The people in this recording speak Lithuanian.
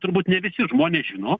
turbūt ne visi žmonės žino